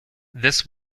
this